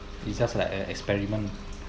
it's just like an experiment